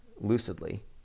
lucidly